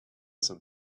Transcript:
some